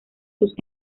sus